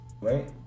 right